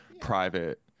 private